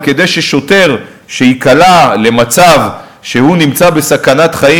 וכדי ששוטר שייקלע למצב שהוא נמצא בסכנת חיים,